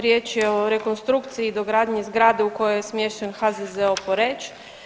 Riječ je o rekonstrukciji i dogradnji zgrade u kojoj je smješten HZZO Poreč.